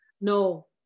No